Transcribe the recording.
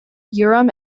urim